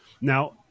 now